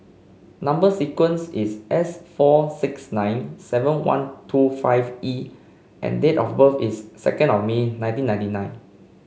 number sequence is S four six nine seven one two five E and date of birth is second of May nineteen ninety nine